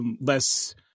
less